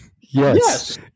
yes